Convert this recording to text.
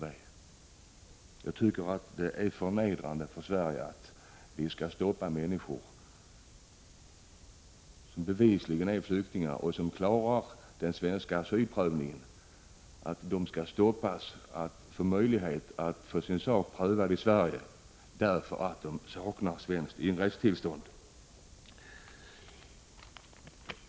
Det är förnedrande för Sverige att vi skall hindra människor, som bevisligen är flyktingar och som klarar den svenska asylprövningen, att få sin sak prövad i Sverige därför att de saknar svenskt inresetillstånd.